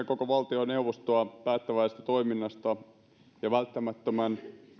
koko valtioneuvostoa päättäväisestä toiminnasta ja välttämättömän